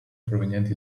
provenienti